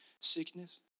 sickness